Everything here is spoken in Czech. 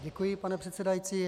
Děkuji, pane předsedající.